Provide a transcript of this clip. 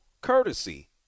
courtesy